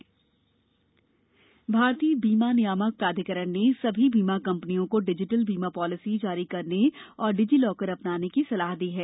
DigiLocker बीमा भारतीय बीमा नियामक प्राधिकरण ने सभी बीमा कंपनियों को डिजिटल बीमा पालिसी जारी करने और डिजीलॉकर अपनाने की सलाह दी है